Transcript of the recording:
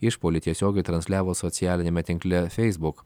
išpuolį tiesiogiai transliavo socialiniame tinkle facebook